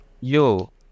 Yo